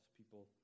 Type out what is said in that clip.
people